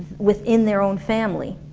within their own family